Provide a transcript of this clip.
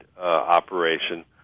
operation